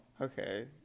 okay